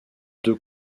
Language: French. deux